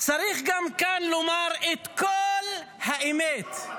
צריך גם כאן לומר את כל האמת -- מנסור,